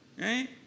right